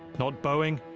not boeing,